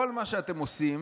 כל מה שאתם עושים,